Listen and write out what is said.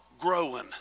growing